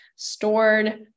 stored